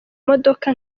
modoka